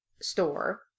store